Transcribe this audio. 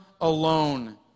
alone